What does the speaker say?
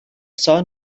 sun